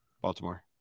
Baltimore